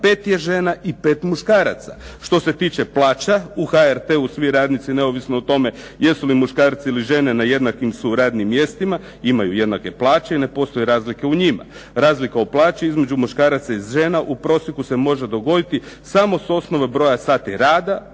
5 je žena, i 5 muškaraca. Što se tiče plaća u HRT-u svi radnici neovisno o tome jesu li muškarci ili žene na jednakim su radnim mjestima, imaju jednake plaće i ne postoje razlike o njima. Razlika u plaći između muškaraca i žena u prosjeku se može dogoditi samo s osnova broja sati rada,